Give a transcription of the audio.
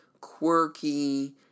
quirky